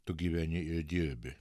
tu gyveni ir dirbi